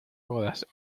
bodas